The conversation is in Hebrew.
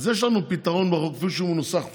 יש לנו פתרון, כפי שהוא מנוסח פה,